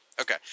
Okay